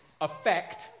affect